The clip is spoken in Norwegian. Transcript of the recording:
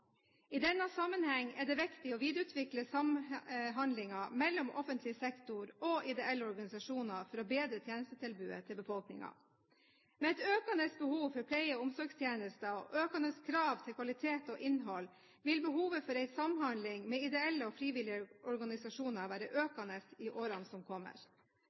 I denne sammenheng er det viktig å videreutvikle samhandlingen mellom offentlig sektor og ideelle organisasjoner for å bedre tjenestetilbudet til befolkningen. Med et økende behov for pleie- og omsorgstjenester, og økende krav til kvalitet og innhold, vil behovet for en samhandling med ideelle og frivillige organisasjoner være økende i årene som kommer.